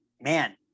man